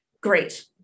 great